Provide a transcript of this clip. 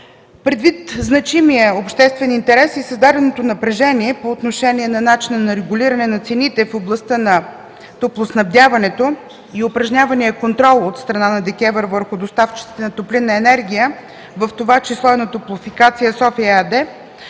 Предвид значимия обществен интерес и създаденото напрежение по отношение начина на регулиране на цените в областта на топлоснабдяването и упражнявания контрол от страна на ДКЕВР върху доставчиците на топлинна енергия, в това число и на „Топлофикация – София” ЕАД,